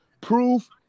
proof